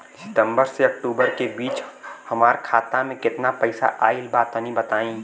सितंबर से अक्टूबर के बीच हमार खाता मे केतना पईसा आइल बा तनि बताईं?